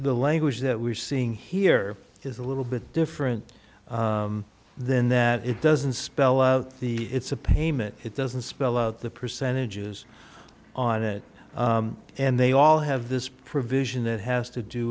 the language that we're seeing here is a little bit different than that it doesn't spell out the it's a payment it doesn't spell out the percentages on it and they all have this provision that has to do